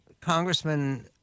Congressman